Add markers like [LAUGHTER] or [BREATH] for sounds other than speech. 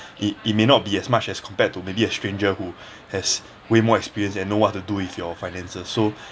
he he may not be as much as compared to maybe a stranger who [BREATH] has way more experience and know what to do with your finances so [BREATH]